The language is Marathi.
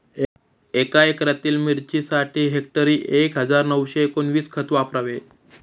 एका एकरातील मिरचीसाठी हेक्टरी एक हजार नऊशे एकोणवीस खत वापरावे